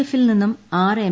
എഫിൽ നിന്നും ആറ് എം